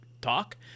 talk